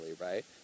right